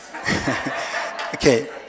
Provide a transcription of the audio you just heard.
Okay